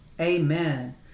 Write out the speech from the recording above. Amen